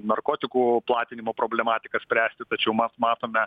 narkotikų platinimo problematiką spręsti tačiau mes matome